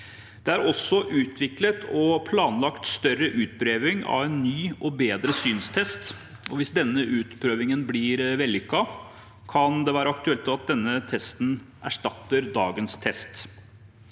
Det er også utviklet og planlagt større utprøving av en ny og bedre synstest, og hvis denne utprøvingen blir vellykket, kan det være aktuelt at denne testen erstatter dagens test.